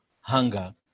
hunger